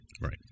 Right